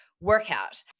workout